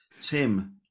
Tim